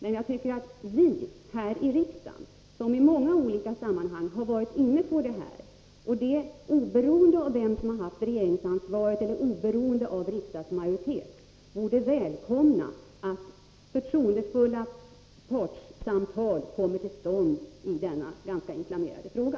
Men jag tycker att vi här i riksdagen — som i många olika sammanhang varit inne på dessa frågor, oberoende av vem som har haft regeringsansvaret eller vem som haft riksdagsmajoriteten — borde välkomna att förtroendefulla partssamtal kommer till stånd i denna ganska inflammerade fråga.